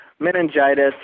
Meningitis